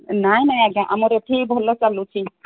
ନାଇଁ ନାଇଁ ଆଜ୍ଞା ଆମର ଏଠି ଭଲ ଚାଲୁଛି